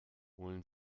holen